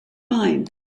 mind